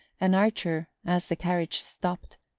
and archer, as the carriage stopped,